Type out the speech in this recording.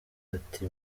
ati